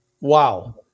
Wow